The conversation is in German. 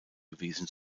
gewesen